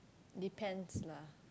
depends lah